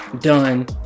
done